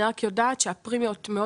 אני רק יודעת שבגלל הפרמיות המאוד